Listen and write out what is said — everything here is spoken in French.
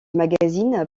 magazine